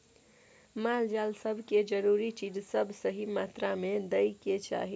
माल जाल सब के जरूरी चीज सब सही मात्रा में दइ के चाही